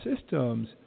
systems